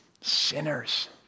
Sinners